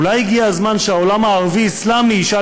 אולי הגיע הזמן שהעולם הערבי-אסלאמי ישאל